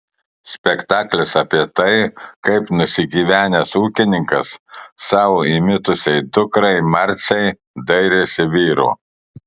spektaklis apie tai kaip nusigyvenęs ūkininkas savo įmitusiai dukrai marcei dairėsi vyro